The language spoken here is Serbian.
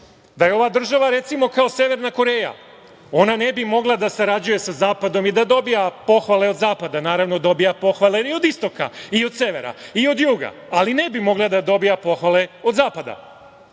Da je ova država, recimo, kao Severna Koreja, ona ne bi mogla da sarađuje sa Zapadom i da dobija pohvale od Zapada. Naravno, dobija pohvale i od Istoka, i od severa i od juga, ali ne bi mogla da dobija pohvale od Zapada. Sve